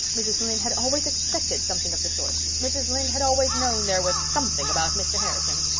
mrs. lynde had always expected something of the sort! mrs. lynde had always known there was something about mr. harrison!